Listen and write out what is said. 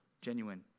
genuine